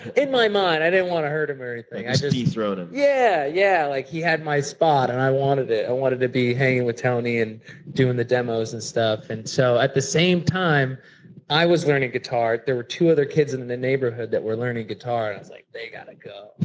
in my mind. i didn't want to hurt him or anything. just so dethrone him. yeah, yeah, like he had my spot and i wanted it. i wanted to be hanging with tony and doing the demos and stuff. so at the same time i was learning guitar, there were two other kids in the neighborhood that were learning guitar, and i was like, they gotta go,